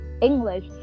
English